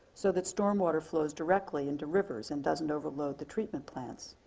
so that storm water flows directly into rivers and doesn't overload the treatment plants.